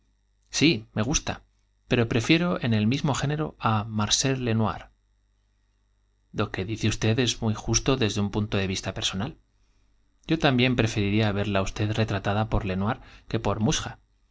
sí me gusta pero prefiero en el mismo género á marcel lenoir lo que dice usted es justo desde un punto muy de vista personal yo también prefiriría verla á usted retratada por lenoir que por muchá